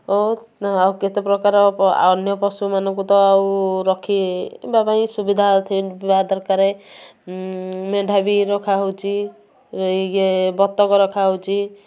ଆଉ କେତେ ପ୍ରକାର ଅନ୍ୟ ପଶୁମାନଙ୍କୁ ତ ଆଉ ରଖିବା ପାଇଁ ସୁବିଧା ଥିବା ଦରକାର ମେଣ୍ଢା ବି ରଖାହେଉଛି ଇଏ ବତକ ରଖାହେଉଛି